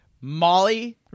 Molly